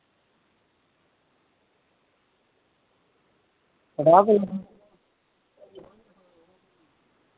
कड़ाह बनाना